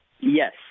yes